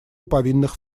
повинных